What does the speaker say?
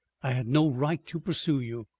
i had no right to pursue you.